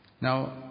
Now